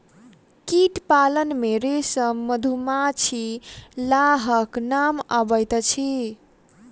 कीट पालन मे रेशम, मधुमाछी, लाहक नाम अबैत अछि